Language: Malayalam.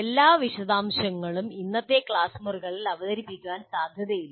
എല്ലാ വിശദാംശങ്ങളും ഇന്നത്തെ ക്ലാസ് മുറികളിൽ അവതരിപ്പിക്കാൻ സാധ്യതയില്ല